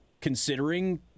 considering